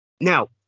Now